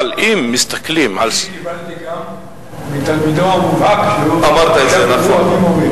אבל אם מסתכלים, מתלמידו המובהק, שהוא אבי מורי.